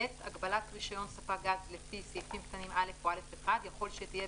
הגבלת רישיון ספק גז לפי סעיפים קטנים (א) או (א1) יכול שתהיה,